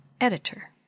Editor